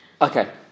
Okay